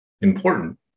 important